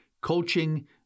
coaching